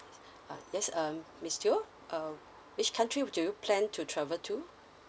uh yes um miss teo uh which country do you plan to travel to